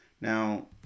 Now